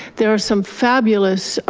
there are some fabulous